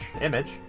Image